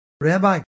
Rabbi